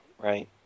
Right